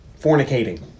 fornicating